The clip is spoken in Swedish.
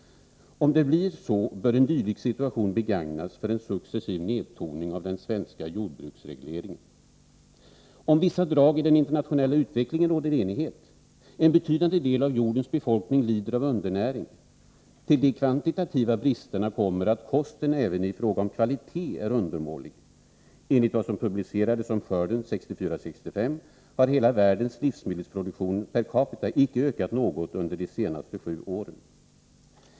Om det blir så bör en dylik situation begagnas för en successiv nedtoning av den svenska jordbruksregleringen. ——— Om vissa drag i den internationella utvecklingen råder enighet. En betydande del av jordens befolkning lider av undernäring: Till de kvantitativa bristerna kommer att kosten även i fråga om kvalitet är undermålig. Enligt vad som publicerats om skörden 1964/65 har hela världens livsmedelsproduktion per capita icke ökat något under de senaste sju åren.